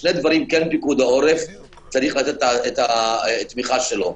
שני דברים כן פיקוד העורף צריך לתת את התמיכה שלו: